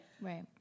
Right